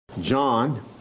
John